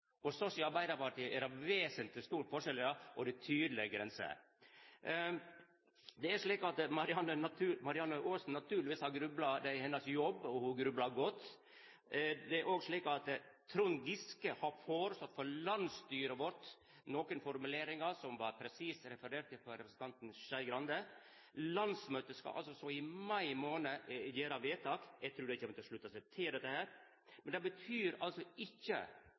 i Arbeidarpartiet er det vesentleg store forskjellar, og det er tydelege grenser. Det er slik at Marianne Aasen naturlegvis har grubla – det er hennar jobb – og ho grublar godt. Det er òg slik at Trond Giske har foreslege for landsstyret vårt nokre formuleringar som vart presist refererte av representanten Skei Grande. Landsmøtet skal så i mai månad gjera vedtak – eg trur dei kjem til å slutta seg til dette – men det betyr altså ikkje